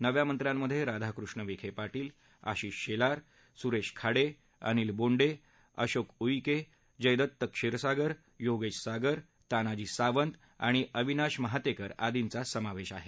नव्या मंत्र्यांमधे राधाकृष्ण विखे पाटील आशिष शेलार सुरेश खाडे अनिल बोंडे अशोक उईके जयदत्त क्षीरसागर योगेश सागर तानाजी सावंत आणि अविनाश महातेकर आदींचा समावेश आहे